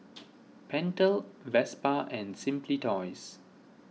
Pentel Vespa and Simply Toys